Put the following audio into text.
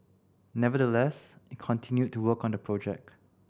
nevertheless it continued to work on the project